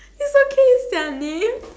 it's okay